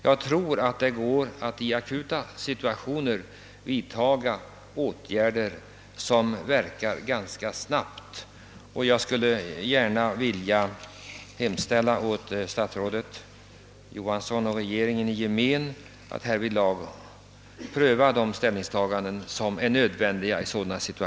Jag tror att det går att i akuta situationer vidta åtgärder som verkar snabbt, och jag hemställer att statsrådet Johansson tillsammans med de övriga regeringsledamöterna prövar vilka ställningstaganden som kan bli nödvändiga.